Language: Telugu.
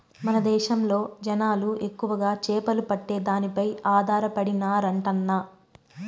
మన దేశంలో జనాలు ఎక్కువగా చేపలు పట్టే దానిపై ఆధారపడినారంటన్నా